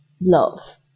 love